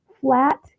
flat